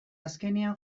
azkenean